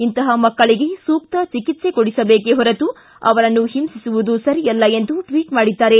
ಇಂತಹ ಮಕ್ಕಳಗೆ ಸೂಕ್ತ ಚಿಕಿತ್ಸೆ ಕೊಡಿಸಬೇಕೇ ಹೊರತು ಅವರನ್ನು ಹಿಂಸಿಸುವುದು ಸರಿಯಲ್ಲ ಎಂದು ಟ್ವಟ್ ಮಾಡಿದ್ದಾರೆ